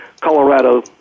Colorado